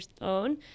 own